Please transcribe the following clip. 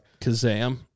kazam